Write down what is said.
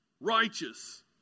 Righteous